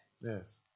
Yes